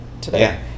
Today